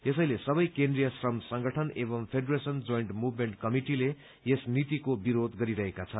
यसैले सबै केन्द्रीय श्रम संगठन एवं फेडरेशन जोइन्ट मुभमेन्ट कमिटिले यस नीतिको विरोध गरिरहेका छन्